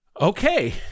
Okay